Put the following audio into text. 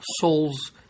souls